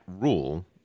rule